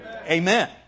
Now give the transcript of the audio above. Amen